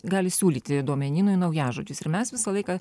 gali siūlyti duomenynui naujažodžius ir mes visą laiką